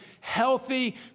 healthy